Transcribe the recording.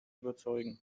überzeugen